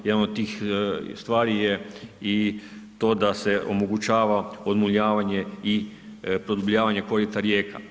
Jedan od tih stvari je i to da se omogućava odmuljavanje i produbljavanje korita rijeka.